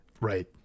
Right